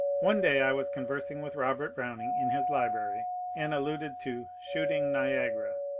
one day i was conversing with robert browning in his library and alluded to shooting niagara,